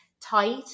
tight